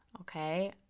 okay